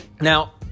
Now